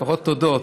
לפחות תודות.